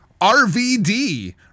RVD